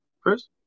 Chris